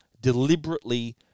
deliberately